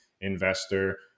investor